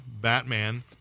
Batman